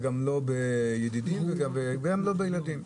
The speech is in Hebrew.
לא בידידים וגם לא בילדים.